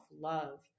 love